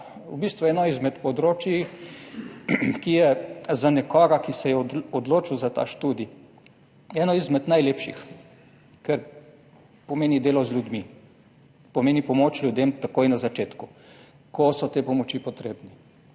v bistvu eno izmed področij, ki je za nekoga, ki se je odločil za ta študij, eno izmed najlepših, ker pomeni delo z ljudmi, pomeni pomoč ljudem takoj na začetku, ko so te pomoči potrebni.